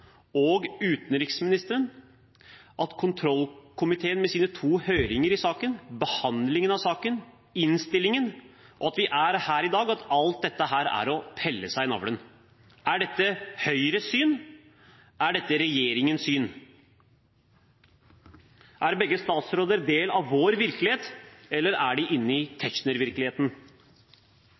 og utenriksministeren at kontrollkomiteen med sine to høringer i saken, behandlingen av saken, innstillingen, at vi er her i dag – at alt dette er å pille seg i navlen? Er dette Høyres syn? Er dette regjeringens syn? Er begge statsråder en del av vår virkelighet, eller er de inne i